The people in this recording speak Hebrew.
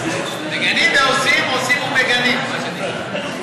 לי רצו בראש הרבה מאוד פרצופים ותמונות וסיפורים ונשים שאני מכירה,